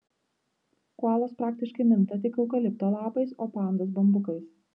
koalos praktiškai minta tik eukalipto lapais o pandos bambukais